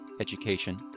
education